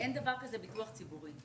שאין דבר כזה ביטוח ציבורי.